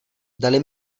dali